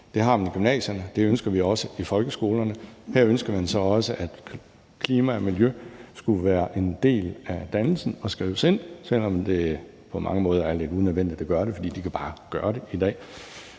det har man i gymnasierne; det ønsker vi også i folkeskolerne. Her ønsker man så også, at klima og miljø skal være en del af dannelsen og skrives ind, selv om det på mange måder er lidt unødvendigt at gøre det, for de kan bare gøre det i dag.